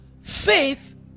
Faith